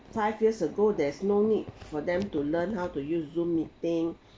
five years ago there's no need for them to learn how to use zoom meeting